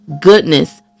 goodness